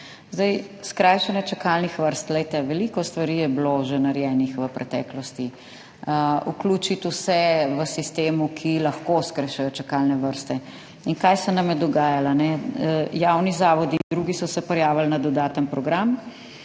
Skrajšanje čakalnih vrst. Veliko stvari je bilo že narejenih v preteklosti. Vključiti vse v sistem, ki lahko skrajšuje čakalne vrste. In kaj se nam je dogajalo? Javni zavodi in drugi so se prijavili na dodaten program.